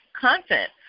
content